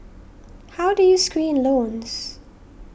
how do you screen loans